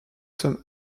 sommes